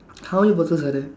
how many boxes are there